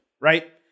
right